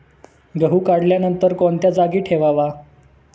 गहू काढल्यानंतर कोणत्या जागी ठेवावा?